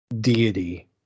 deity